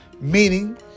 meaning